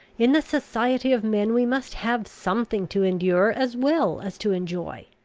in the society of men we must have something to endure, as well as to enjoy.